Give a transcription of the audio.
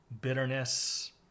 bitterness